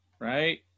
Right